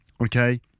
okay